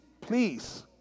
please